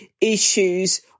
issues